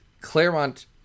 Claremont